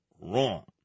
wrong